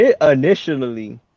initially